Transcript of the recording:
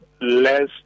less